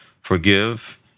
Forgive